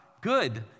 good